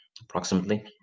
approximately